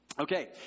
Okay